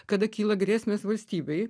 kada kyla grėsmės valstybei